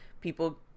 people